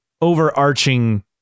overarching